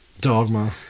Dogma